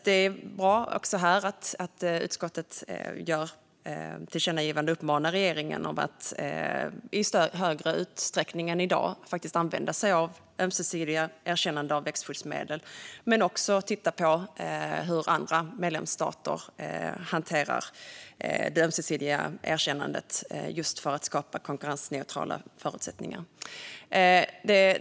Det är bra också här att utskottet föreslår ett tillkännagivande där man uppmanar regeringen att i större utsträckning än i dag använda sig av ömsesidiga erkännanden av växtskyddsmedel men också att titta på hur andra medlemsstater hanterar det ömsesidiga erkännandet just för att skapa konkurrensneutrala förutsättningar.